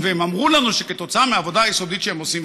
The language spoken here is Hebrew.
והם אמרו לנו שכתוצאה מהעבודה היסודית שהם עושים,